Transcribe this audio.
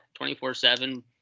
24-7